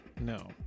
No